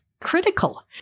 critical